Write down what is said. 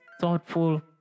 thoughtful